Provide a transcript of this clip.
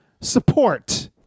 support